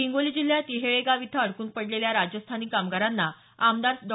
हिंगोली जिल्ह्यात येहळेगाव इथं अडकून पडलेल्या राजस्थानी कामगारांना आमदार डॉ